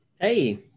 hey